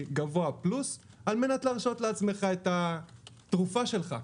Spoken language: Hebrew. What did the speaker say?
גבוה פלוס על מנת להרשות לעצמך את התרופה שלך.